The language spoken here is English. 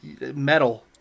metal